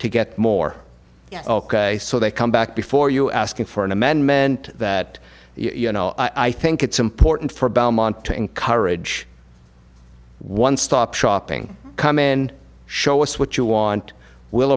to get more ok so they come back before you asking for an amendment that you know i think it's important for belmont to encourage one stop shopping come in show us what you want will